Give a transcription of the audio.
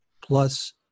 plus